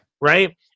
right